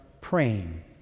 praying